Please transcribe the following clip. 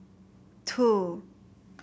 two